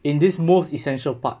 in this most essential part